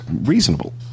reasonable